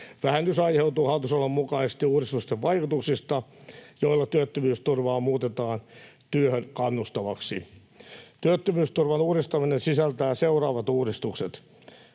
Vähennys aiheutuu hallitusohjelman mukaisesti niiden uudistusten vaikutuksista, joilla työttömyysturvaa muutetaan työhön kannustavaksi. Työttömyysturvan uudistaminen sisältää seuraavat uudistukset: